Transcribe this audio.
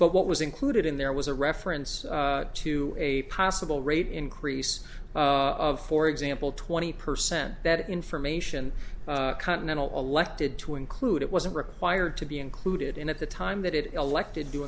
but what was included in there was a reference to a possible rate increase of for example twenty percent that information continental elected to include it wasn't required to be included in at the time that it elected do